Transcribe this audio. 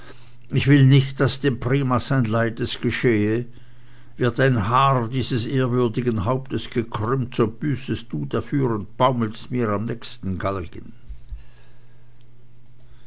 ich will nicht daß dem primas ein leides geschehe wird ein haar dieses ehrwürdigen hauptes gekrümmt so büßest du dafür und baumelst mir am nächsten galgen